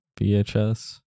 VHS